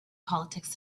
politics